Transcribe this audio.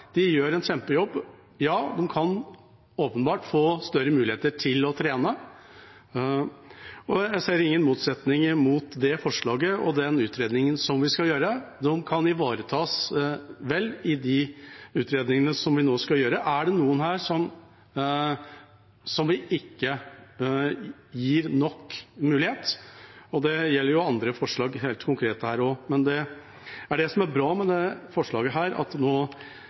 gjør en kjempejobb; de kan åpenbart få større mulighet til å trene. Jeg ser ingen motsetning mellom det forslaget og den utredningen vi skal gjøre. De kan ivaretas vel i de utredningene vi nå skal gjøre. Er det noen her som vi ikke gir nok mulighet? Det gjelder jo også andre forslag her, helt konkret. Men det som er bra med dette forslaget, er at vi nå